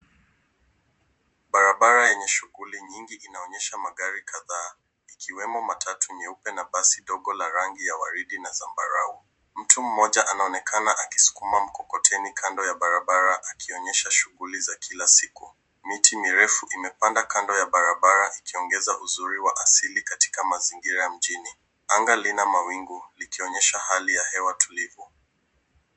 Barabara yenye shughuli nyingi inaonyesha magari kadhaa ikiwemo matatu nyeupe na basi dogo la rangi ya waridi na zambarau. Mtu mmoja anaonekana akisukuma mkokoteni kando ya barabara akionyesha shughuli za kila siku. Miti mirefu imepanda kando ya barabara ikiongeza uzuri wa asili katika mazingira ya mjini. Anga lina mawingu likionyesha hali ya hewa tulivu.